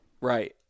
Right